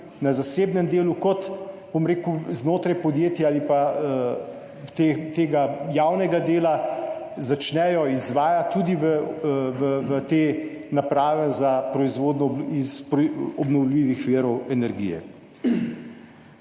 v zasebnem delu kot znotraj podjetij ali pa tega javnega dela začnejo izvajati tudi te naprave za proizvodnjo iz obnovljivih virov energije.